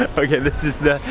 okay, this is the,